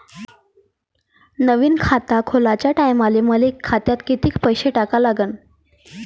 नवीन खात खोलाच्या टायमाले मले खात्यात कितीक पैसे टाका लागन?